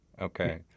okay